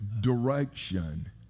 direction